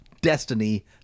destiny